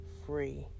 free